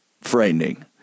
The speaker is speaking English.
frightening